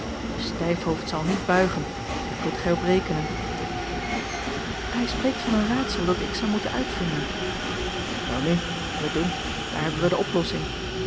de stijfhoofd zal niet buigen daar kunt gij op rekenen hij spreekt van een raadsel dat ik zou moeten uitvinden welnu mij dunkt daar hebben wij de oplossing